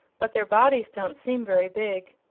but their bodies don't seem very big.